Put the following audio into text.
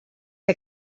que